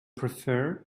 prefer